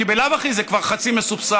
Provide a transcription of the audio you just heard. כי בלאו הכי זה כבר חצי מסובסד,